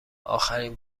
اخرین